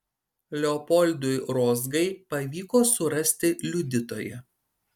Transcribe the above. leopoldui rozgai pavyko surasti liudytoją